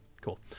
cool